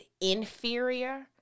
inferior